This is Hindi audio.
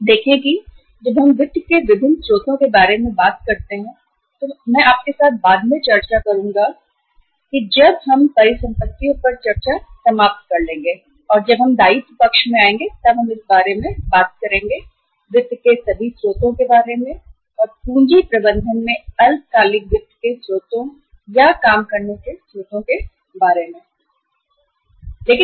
देखें कि जब हम वित्त के विभिन्न स्रोतों के बारे में बात करते हैं तो मैं आपके साथ बाद में चर्चा करूंगा हम सभी परिसंपत्तियों पर चर्चा समाप्त करते हैं जब हम दायित्व पक्ष में आएंगे तब हम बात करेंगे वित्त के सभी स्रोतों अल्पकालिक वित्त के स्रोतों या काम करने के स्रोतों के बारे में पूंजी प्रबंधन